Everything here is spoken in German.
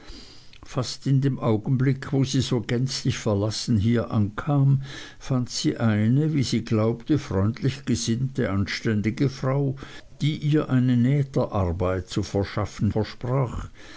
fast in dem augenblick wo sie so gänzlich verlassen hier ankam fand sie eine wie sie glaubte freundlich gesinnte anständige frau die ihr eine nähterarbeit zu verschaffen versprach